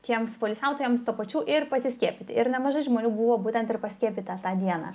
tiems poilsiautojams tuo pačiu ir pasiskiepyti ir nemažai žmonių buvo būtent ir paskiepyta tą dieną